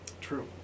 True